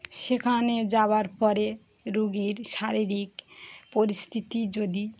সেখানে যাওয়ার পরে রোগীর শারীরিক পরিস্থিতি যদি